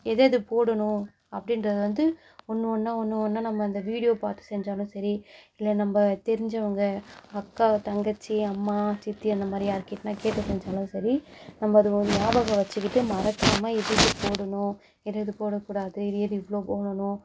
எது எது போடணும் அப்படின்றத வந்து ஒன்று ஒன்றா ஒன்று ஒன்றா நம்ம அந்த வீடியோ பார்த்து செஞ்சாலும் சரி இல்லை நம்ம தெரிஞ்சவங்க அக்கா தங்கச்சி அம்மா சித்தி அந்த மாதிரி யாருகிட்டனால் கேட்டு செஞ்சாலும் சரி நம்ம அதை ஞாபகம் வச்சுக்கிட்டு மறக்காமல் எது எது போடணும் எது எது போடக் கூடாது எது இவ்வளோ போடணும்